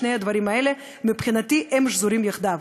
מבחינתי, שני הדברים האלה שזורים יחדיו.